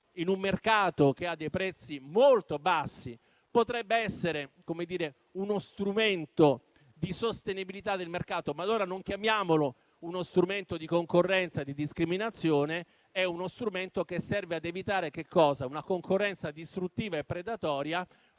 in un mercato che ha dei prezzi molto bassi, potrebbe essere uno strumento di sostenibilità del mercato. Ma allora non chiamiamolo uno strumento di concorrenza e di discriminazione; è uno strumento che serve ad evitare una concorrenza distruttiva e predatoria,